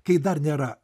kai dar nėra